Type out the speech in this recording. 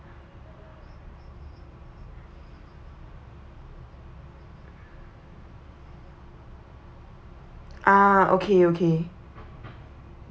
ah okay okay